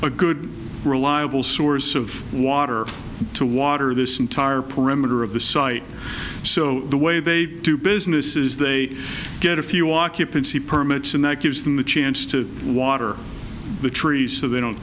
a good reliable source of water to water this entire perimeter of the site so the way they do business is they get a few occupancy permits and that gives them the chance to water the trees so they don't